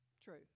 true